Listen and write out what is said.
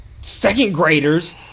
second-graders